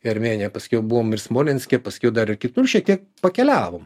į armėniją paskiau buvom ir smolenske paskiau dar ir kitur šiek tiek pakeliavom